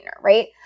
right